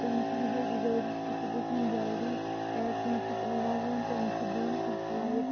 تہٕ مےٚ چھِ یِہَے گُذٲرِش کہِ سُہ گوٚژھ یُن جلدی کیٛازِکہِ مےٚ چھُ وۅنۍ ووٚن تٔمۍ مےٚ چھِ دوٗنہٕ کانٛہہ فُلایٹ